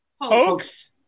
Hoax